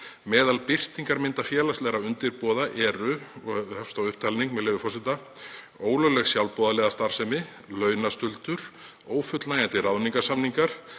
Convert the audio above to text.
Meðal birtingarmynda félagslegra undirboða eru: ólögleg sjálfboðaliðastarfsemi, launastuldur, ófullnægjandi ráðningasamningar,